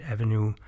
Avenue